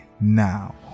now